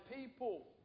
people